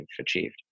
achieved